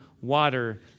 water